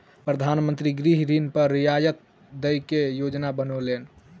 प्रधान मंत्री गृह ऋण पर रियायत दय के योजना बनौलैन